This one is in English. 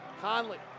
Conley